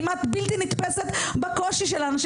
כמעט בלתי נתפסת בקושי שלהם.